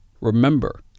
Remember